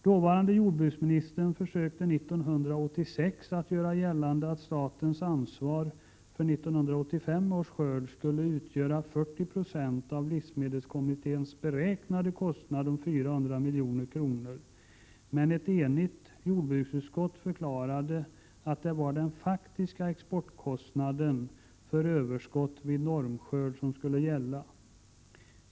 Dåvarande jordbruksministern försökte 1986 att göra gällande att statens ansvar för 1985 års skörd skulle utgöra 40 20 av livsmedelskommitténs beräknade kostnad om 400 milj.kr., men ett enigt jordbruksutskott förklarade att det var den faktiska exportkostnaden för överskott vid normskörd som skulle gälla.